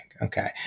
okay